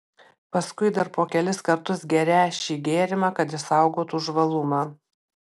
paskui dar po kelis kartus gerią šį gėrimą kad išsaugotų žvalumą